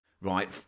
right